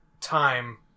time